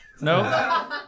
No